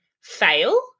fail